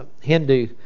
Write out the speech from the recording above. Hindu